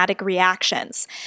reactions